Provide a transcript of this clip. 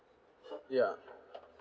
ya